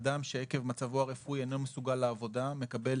אדם שעקב מצבו הרפואי שאינו מסוגל לעבודה מקבל